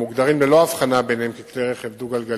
המוגדרים ללא הבחנה ביניהם ככלי רכב דו-גלגליים.